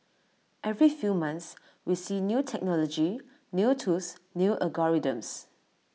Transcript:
every few months we see new technology new tools new algorithms